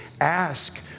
ask